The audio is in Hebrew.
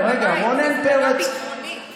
מעבר לכך שאין חשמל ומים,